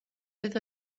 oedd